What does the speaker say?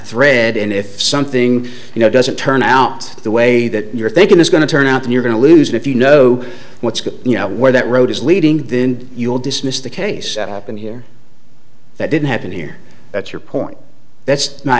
thread and if something you know doesn't turn out the way that your thinking is going to turn out and you're going to lose it if you know what's good you know where that road is leading then you will dismiss the case that happened here that didn't happen here that's your point that's my